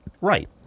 Right